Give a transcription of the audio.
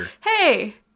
hey